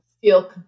feel